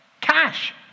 Cash